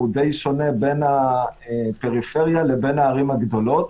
די שונה בין הפריפריה לבין הערים הגדולות.